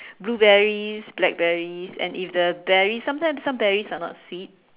blueberries blackberries and if the berry sometimes some berries are not sweet